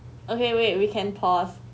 okay wait we can pause